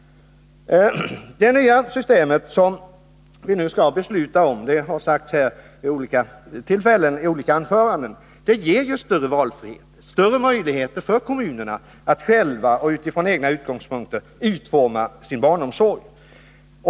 Det nya system som vi nu skall besluta om — och som det har talats om i olika anföranden här — ger större valfrihet och bättre möjligheter för kommunerna att själva och utifrån sina egna utgångspunkter utforma sin barnomsorg.